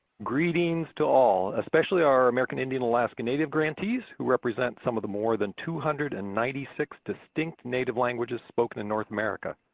greetings to all. especially our american indian alaska native grantees who represent some of the more than two hundred and ninety six distinct native languages spoken in north america.